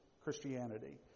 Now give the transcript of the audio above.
Christianity